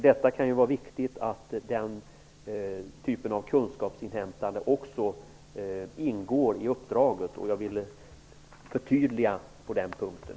Det kan vara viktigt att också den typen av kunskapsinhämtande ingår i uppdraget. Jag ville göra ett förtydligande på den punkten.